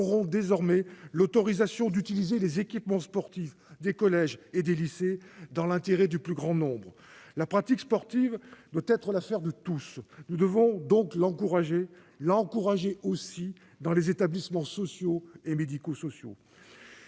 auront désormais l'autorisation d'utiliser les équipements sportifs des collèges et des lycées, dans l'intérêt du plus grand nombre. La pratique sportive doit être l'affaire de tous. Nous devons donc l'encourager, y compris dans les établissements sociaux et médico-sociaux.